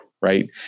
right